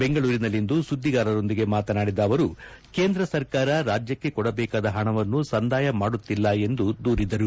ಬೆಂಗಳೂರಿನಲ್ವಿಂದು ಸುಧ್ದಿಗಾರರೊಂದಿಗೆ ಮಾತನಾದಿದ ಅವರು ಕೇಂದ್ರ ಸರ್ಕಾರ ರಾಜ್ಯಕ್ಕೆ ಕೊಡಬೇಕಾದ ಹಣವನ್ನು ಸಂದಾಯ ಮಾಡುತ್ತಿಲ್ಲ ಎಂದು ದೂರಿದರು